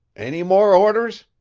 any more orders?